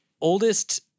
oldest